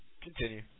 Continue